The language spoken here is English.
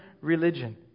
religion